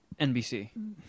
NBC